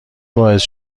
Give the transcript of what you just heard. باعث